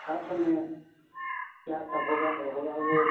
छत्त में गाय का गोबर होगा वह